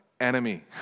enemy